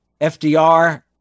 FDR